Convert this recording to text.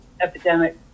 epidemic